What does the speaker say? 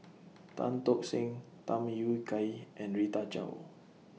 Tan Tock Seng Tham Yui Kai and Rita Chao